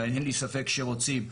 ואין לי ספק שרוצים,